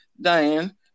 Diane